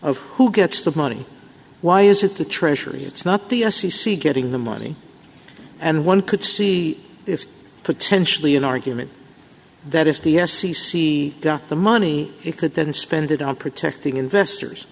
of who gets the money why is it the treasury it's not the s e c getting the money and one could see it's potentially an argument that is the s c c the money it could then spend it on protecting investors